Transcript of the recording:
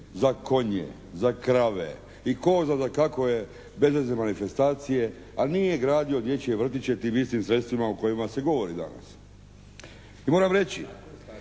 za konje, za krave i tko zna za kakove bezvezne manifestacije, ali nije gradio dječje vrtiće tim istim sredstvima o kojima se govori danas. I moram reći